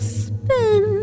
spin